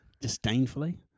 disdainfully